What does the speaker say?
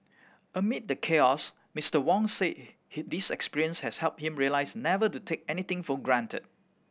amid the chaos Mister Wong said this experience has helped him realise never to take anything for granted